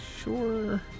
sure